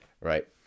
right